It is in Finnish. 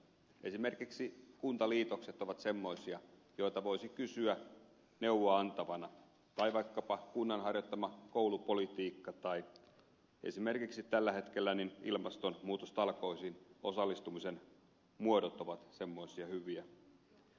esimerkiksi kuntaliitokset ovat semmoisia asioita joista voisi kysyä neuvoa antavana tai vaikkapa kunnan harjoittama koulupolitiikka tai esimerkiksi tällä hetkellä ilmastonmuutostalkoisiin osallistumisen muodot ovat semmoisia hyviä aiheita